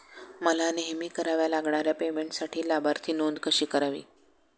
मला नेहमी कराव्या लागणाऱ्या पेमेंटसाठी लाभार्थी नोंद कशी करावी?